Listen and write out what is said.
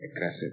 aggressive